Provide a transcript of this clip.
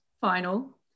final